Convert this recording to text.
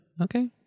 Okay